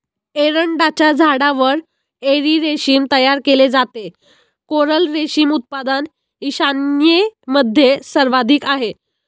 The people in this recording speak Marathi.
एरंडाच्या झाडावर एरी रेशीम तयार केले जाते, कोरल रेशीम उत्पादन ईशान्येमध्ये सर्वाधिक आहे